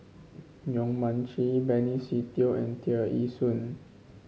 Yong Mun Chee Benny Se Teo and Tear Ee Soon